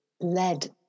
led